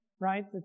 right